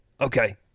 Okay